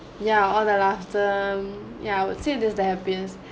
yeah all the last term I would say that's the happiness